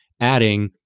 adding